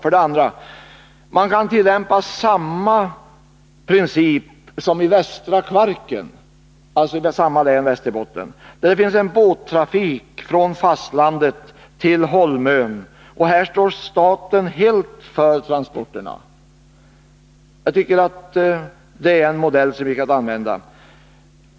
Vidare kan man tillämpa samma princip som i Västra Kvarken, som också ligger i Västerbotten. Där finns det en båttrafik från fastlandet till Holmön. Här står staten helt för transporterna. Jag tycker att det är en modell som vi kan använda.